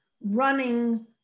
running